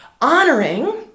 honoring